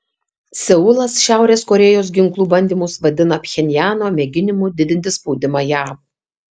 seulas šiaurės korėjos ginklų bandymus vadina pchenjano mėginimu didinti spaudimą jav